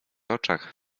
oczach